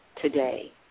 today